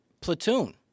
platoon